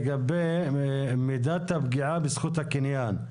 לגבי מידת הפגיעה בזכות הקניין.